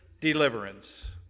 deliverance